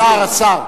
השר, השר.